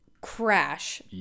crash